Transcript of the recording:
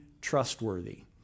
trustworthy